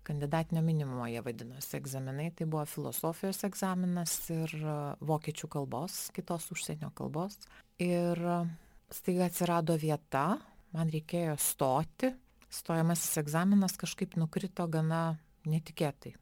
kandidatinio minimumo jie vadinosi egzaminai tai buvo filosofijos egzaminas ir vokiečių kalbos kitos užsienio kalbos ir staiga atsirado vieta man reikėjo stoti stojamasis egzaminas kažkaip nukrito gana netikėtai